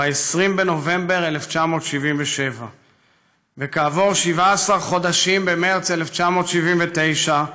ב-20 בנובמבר 1977. וכעבור 17 חודשים, במרס 1979,